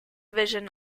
vision